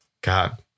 God